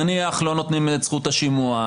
נניח לא נותנים את זכות השימוע,